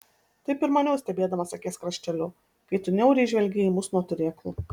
taip ir maniau stebėdamas akies krašteliu kai tu niauriai žvelgei į mus nuo turėklų